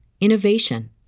innovation